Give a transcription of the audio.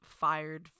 fired